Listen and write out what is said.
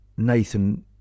Nathan